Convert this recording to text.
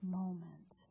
moment